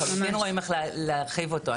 אנחנו לחלוטין רואים איך להרחיב אותו.